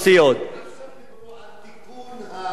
עכשיו דיברו על תיקון העוול, עכשיו.